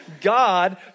God